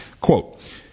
quote